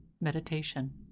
meditation